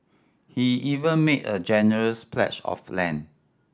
he even made a generous pledge of land